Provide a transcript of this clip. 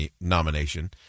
nomination